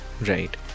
Right